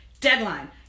Deadline